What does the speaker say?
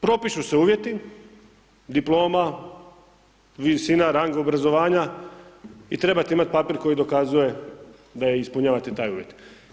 Propišu se uvjeti diploma, visina rang obrazovanja i trebate imati papir koji dokazuje da ispunjavate taj uvjet.